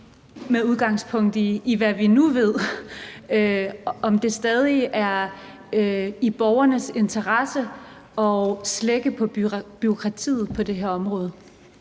med udgangspunkt i, hvad vi nu ved – mener, at det stadig er i borgernes interesse at slække på bureaukratiet på det her område.